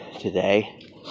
today